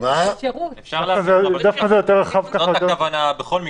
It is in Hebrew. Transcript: זו הכוונה בכל מקרה,